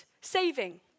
saving